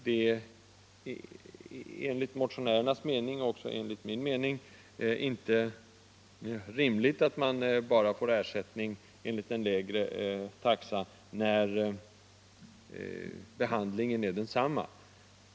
Det är enligt motionärernas — och också min — uppfattning inte rimligt att man i de fallen bara får ersättning enligt en lägre taxa, trots att behandlingen är densamma.